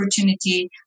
opportunity